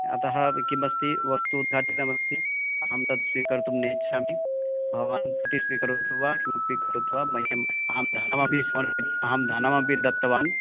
अतः अपि किमस्ति वस्तु उद्घाटितमस्ति अहं तद् स्वीकर्तुं नेच्छामि भवान् प्रतिस्वीकरोतु वा किमपि कृत्वा मह्यम् अहं धनमपि स्मरामि अहं धनमपि दत्तवान्